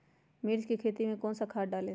मिर्च की खेती में कौन सा खाद डालें?